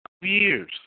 years